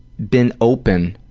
been open,